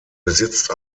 besitzt